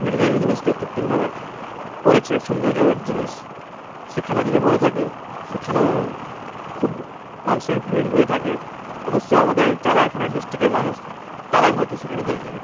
naturally জিনিস দিয়ে কৃত্রিমভাবে করেছে সৌন্দর্যর জিনিস সেখানেও যদি বলে থাকি সেখানেও খুব মানুষের ভিড় হয়ে থাকে অবশ্যই আমাদের চারা এখানে ডিস্ট্রিক্টের মানুষ তারাই হয়তো সেখানে জেনে থাকে